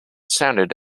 sounded